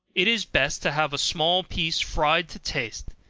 it is best to have a small piece fried to taste,